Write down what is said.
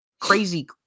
crazy